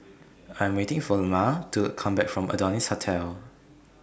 I Am waiting For Ilma to Come Back from Adonis Hotel